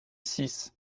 six